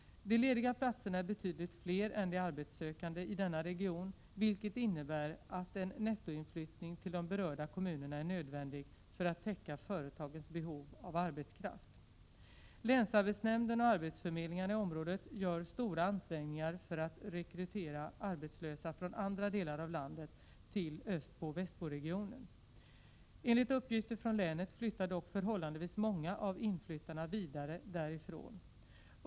De lediga platserna är betydligt fler än de arbetssökande i denna region, vilket innebär att en nettoinflyttning till de berörda kommunerna är nödvändig för att täcka företagens behov av arbetskraft. Länsarbetsnämnden och arbetsförmedlingarna i området gör stora ansträngningar för att rekrytera arbetslösa från andra delar av landet till Östbo— Västboregionen. Enligt uppgifter från länet flyttar dock förhållandevis många av inflyttarna vidare därifrån.